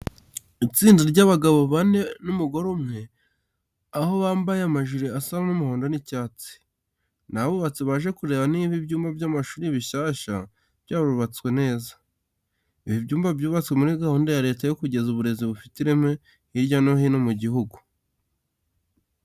Itsinda ry'abagabo bane n'umugore umwe, aho bambaye amajire asa umuhondo n'icyatsi. Ni abubatsi baje kureba niba ibyumba by'amashuri bishyashya byarubatswe neza. Ibi byumba byubatswe muri gahunda ya Leta yo kugeza uburezi bufite ireme hirya no hino mu gihugu.